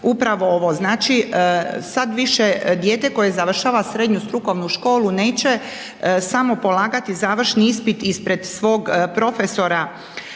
upravo ovo, znači sada više dijete koje završava srednju strukovnu školu neće samo polagati završni ispit ispred svog profesora